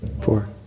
Four